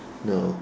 no